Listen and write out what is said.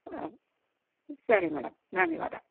ಆಂ ಸರಿ ಮೇಡಮ್ ಧನ್ಯವಾದ